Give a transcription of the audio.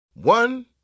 One